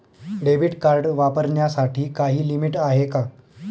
Debit card वापरण्यासाठी काही limit आहे का?